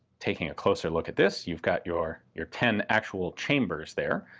taking a closer look at this, you've got your your ten actual chambers there.